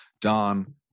Don